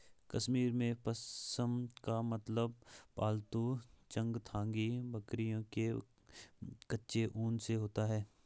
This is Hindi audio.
कश्मीर में, पश्म का मतलब पालतू चंगथांगी बकरियों के कच्चे ऊन से होता है